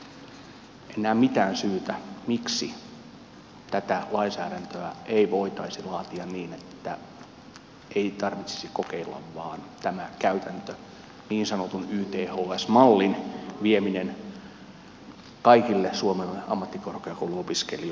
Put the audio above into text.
en näe mitään syytä miksi tätä lainsäädäntöä ei voitaisi laatia niin että ei tarvitsisi kokeilla vaan tämän käytännön niin sanotun yths mallin vieminen kaikille suomen ammattikorkeakouluopiskelijoille olisi mahdollista